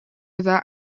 other